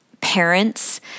parents